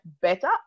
Better